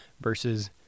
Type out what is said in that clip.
versus